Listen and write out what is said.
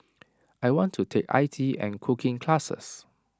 I want to take I T and cooking classes